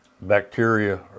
bacteria